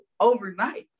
overnight